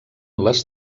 les